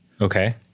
Okay